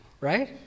right